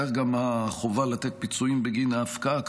וכך גם החובה לתת פיצויים בגין ההפקעה,